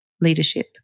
leadership